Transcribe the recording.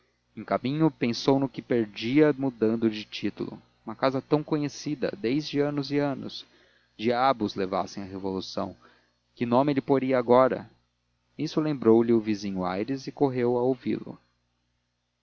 em caminho pensou no que perdia mudando de título uma casa tão conhecida desde anos e anos diabos levassem a revolução que nome lhe poria agora nisso lembrou-lhe o vizinho aires e correu a